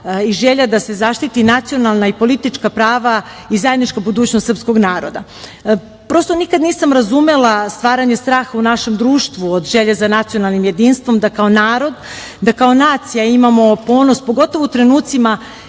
i želja da se zaštiti nacionalna i politička prava i zajednička budućnost srpskog naroda. Prosto, nikada nisam razumela stvaranje straha u našem društvu od želje za nacionalnim jedinstvom da kao narod, da kao nacija imamo ponos, pogotovo u trenucima